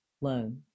loan